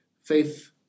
faith